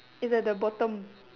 its at the bottom